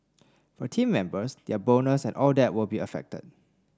for team members their bonus and all that will be affected